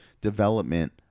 development